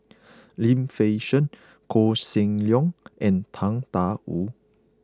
Lim Fei Shen Koh Seng Leong and Tang Da Wu